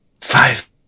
Five